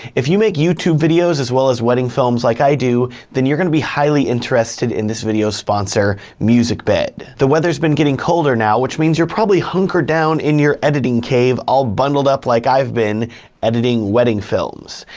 if you make youtube videos as well as wedding films like i do, then you're gonna be highly interested in this video's sponsor, musicbed. the weather's been getting colder now, which means you're probably hunkered down in your editing cave, all bundled up like i've been editing wedding films.